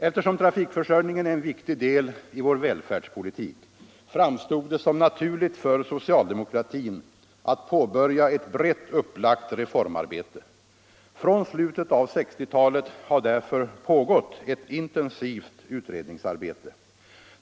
Eftersom trafikförsörjningen är en viktig del i vår välfärdspolitik framstod det som naturligt för socialdemokratin att påbörja ett brett upplagt reformarbete. Från slutet av 1960-talet har därför pågått ett intensivt utredningsarbete.